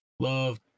Love